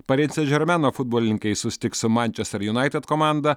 parė sen žermeno futbolininkai susitiks su mančester junaitid komanda